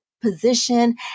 position